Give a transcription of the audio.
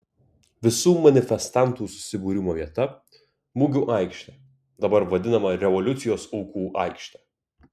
visų manifestantų susibūrimo vieta mugių aikštė dabar vadinama revoliucijos aukų aikšte